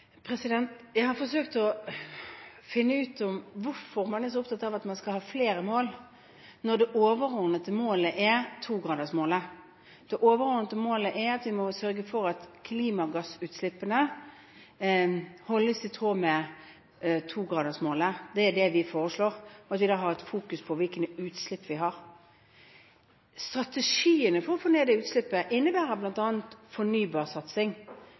Jeg har forsøkt å finne ut hvorfor man er så opptatt av at man skal ha flere mål, når det overordnede målet er 2-gradersmålet. Det overordnede målet er at vi må sørge for at klimagassutslippene holdes i tråd med 2-gradersmålet. Det er det vi foreslår, og vi skal da ha fokus på hvilke utslipp vi har. Strategiene for å få ned utslippene innebærer